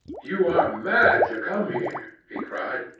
you are mad to come here, he cried.